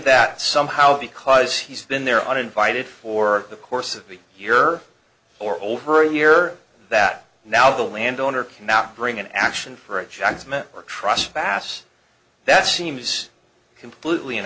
that somehow because he's been there uninvited for the course of the year or old per year that now the landowner cannot bring an action for a judgment or trust pass that seems completely an